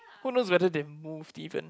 who knows whether they moved even